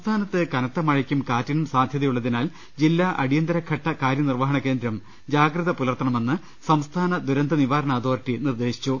സംസ്ഥാനത്ത് കനത്ത മഴയ്ക്കും കാറ്റിനും സാധ്യതയുള്ളതി നാൽ ജില്ലാ അടിയന്തര ഘട്ട കാര്യനിർവഹണ കേന്ദ്രം ജാഗ്രത പുലർത്തണമെന്ന് സംസ്ഥാന ദുരന്ത നിവാരണ അതോറിറ്റി നിർദേ ശിച്ചു